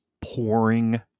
pouring